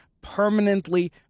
permanently